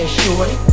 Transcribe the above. shorty